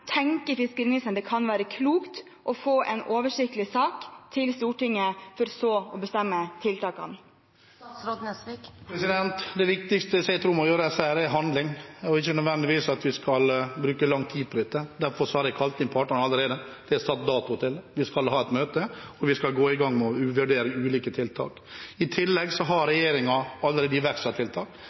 Tenker fiskeriministeren at det kan være klokt å få en oversiktlig sak til Stortinget, for så å bestemme tiltakene? Det viktigste som jeg tror må til her, er handling, ikke nødvendigvis at vi skal bruke lang tid på dette. Derfor har jeg kalt inn partene allerede. Det er satt dato, vi skal ha et møte, og vi skal gå i gang med å vurdere ulike tiltak. I tillegg har regjeringen allerede iverksatt tiltak.